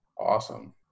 awesome